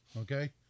Okay